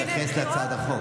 ביקשת להתייחס להצעת החוק.